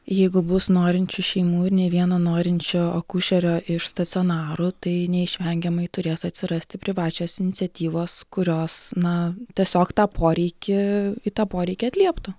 jeigu bus norinčių šeimų ir nei vieno norinčio akušerio iš stacionarų tai neišvengiamai turės atsirasti privačios iniciatyvos kurios na tiesiog tą poreikį į tą poreikį atlieptų